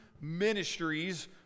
ministries